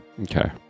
Okay